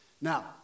Now